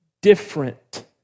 different